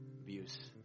abuse